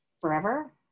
forever